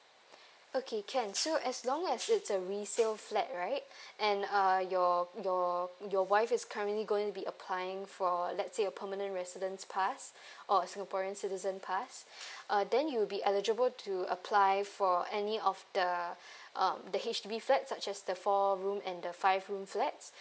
okay can so as long as it's a resale flat right and uh your your your wife is currently going to be applying for let's say a permanent residents pass or singaporean citizen pass uh then you'll be eligible to apply for any of the um the H_D_B flats such as the four room and the five room flats